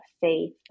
faith